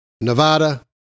Nevada